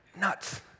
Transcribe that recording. Nuts